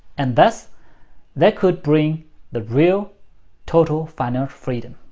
and thus they could bring the real total financial freedom.